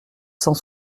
cent